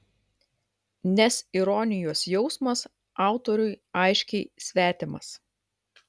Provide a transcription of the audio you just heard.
nes ironijos jausmas autoriui aiškiai svetimas